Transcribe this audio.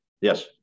Yes